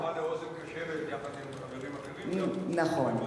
לאוזן קשבת יחד עם חברים אחרים גם, נכון.